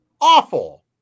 awful